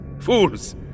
Fools